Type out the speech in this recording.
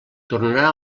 tornarà